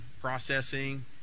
processing